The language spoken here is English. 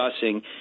discussing